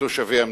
תושבי המדינה.